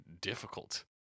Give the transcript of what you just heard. difficult